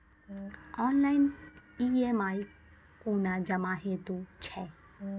Online EMI कूना जमा हेतु छै?